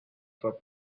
for